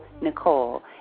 Nicole